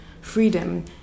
freedom